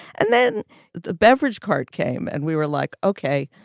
and then the beverage cart came and we were like, ok,